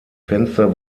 fenster